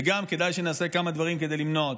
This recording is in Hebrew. וגם כדאי שנעשה כמה דברים כדי למנוע אותם.